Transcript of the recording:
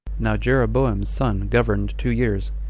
now jeroboam's son governed two years,